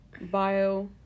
bio